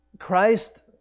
Christ